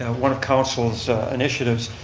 one of council's initiatives,